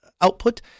output